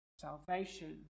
salvation